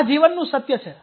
આ જીવનનું સત્ય છે